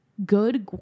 good